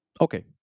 Okay